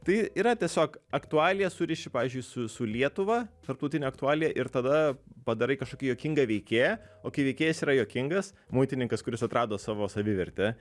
tai yra tiesiog aktualiją suriši pavyzdžiui su su lietuva tarptautinę aktualija ir tada padarai kažkokį juokingą veikėją o kai veikėjas yra juokingas muitininkas kuris atrado savo savivertę